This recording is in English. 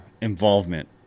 involvement